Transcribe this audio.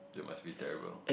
that must be terrible